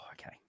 okay